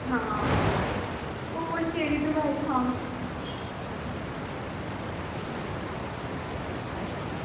आं होर केह्ड़ी दुआई खावां